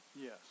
Yes